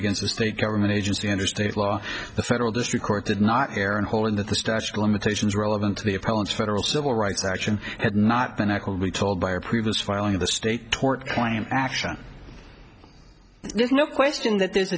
against the state government agency under state law the federal district court did not care and holding that the statute of limitations relevant to be a problem federal civil rights action had not been told by a previous filing of the state tort claim action there's no question that there's